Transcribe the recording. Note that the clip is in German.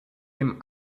dem